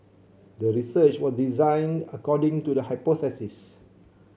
the research was designed according to the hypothesis